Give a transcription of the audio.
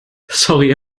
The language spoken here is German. sorry